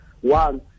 One